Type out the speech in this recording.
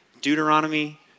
Deuteronomy